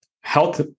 health